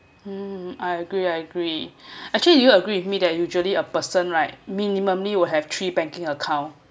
hmm I agree I agree actually you will agree with me that usually a person right minimally will have three banking account